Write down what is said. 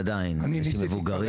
עדיין, למבוגרים.